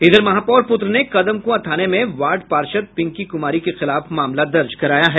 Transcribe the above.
इधर महापौर पुत्र ने कदमकुआं थाने में वार्ड पार्षद पिंकी कुमारी के खिलाफ मामला दर्ज कराया है